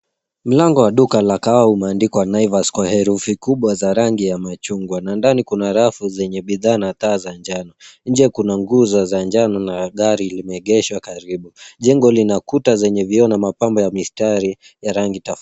Mlango wa duka la kahawa umeandikwa Naivas kwa herufi kubwa za rangi ya machungwa na ndani kuna rafu zenye bidhaa na taa za njano. Nje kuna nguzo za njano na gari limeegeshwa karibu. Jengo lina kuta zenye vyioo na mapambo ya mistari ya rangi tofauti.